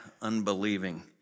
unbelieving